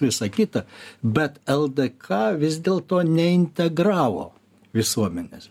visa kita bet ldk vis dėlto neintegravo visuomenės